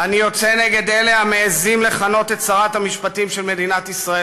אני יוצא נגד אלה המעזים לכנות את שרת המשפטים של מדינת ישראל